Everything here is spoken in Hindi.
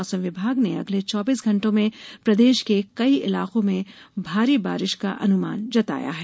मौसम विभाग ने अगले चौबीस घण्टों में प्रदेश के कई इलाको में भारी बारिश का अनुमान जताया है